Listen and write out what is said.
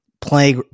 play